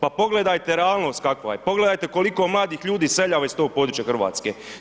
Pa pogledajte realnost kakva je, pogledajte koliko mladih ljudi iseljava iz tog područja Hrvatska.